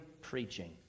preaching